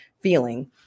feeling